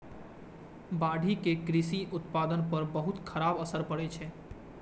बाढ़ि के कृषि उत्पादन पर बहुत खराब असर पड़ै छै